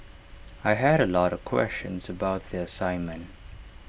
I had A lot of questions about the assignment